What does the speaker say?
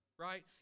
right